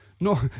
no